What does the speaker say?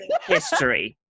history